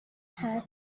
had